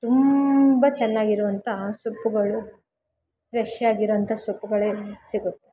ತುಂಬ ಚೆನ್ನಾಗಿರುವಂಥ ಸೊಪ್ಪುಗಳು ಫ್ರೆಷ್ ಆಗಿರೊಂಥ ಸೊಪ್ಪುಗಳೇ ಸಿಗುತ್ತೆ